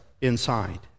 inside